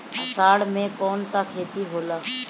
अषाढ़ मे कौन सा खेती होला?